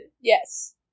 Yes